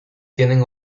tienen